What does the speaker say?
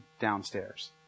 downstairs